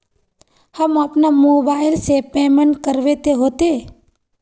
हम अपना मोबाईल से पेमेंट करबे ते होते?